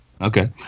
Okay